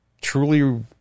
truly